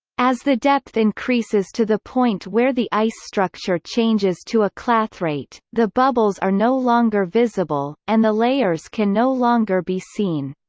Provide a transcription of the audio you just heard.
as the depth increases to the point where the ice structure changes to a clathrate, the bubbles are no longer visible, and the layers can no longer be seen.